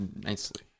nicely